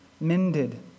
mended